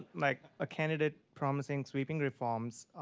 like a candidate promising sweeping reforms,